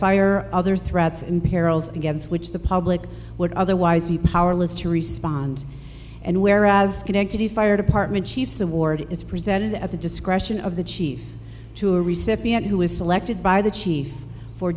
or other threats and perils against which the public would otherwise be powerless to respond and where as connected a fire department chief's award is presented at the discretion of the chief to a recipient who was selected by the chief for